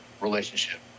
relationship